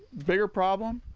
bigger problem,